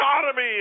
economy